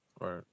right